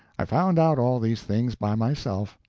i found out all these things by myself,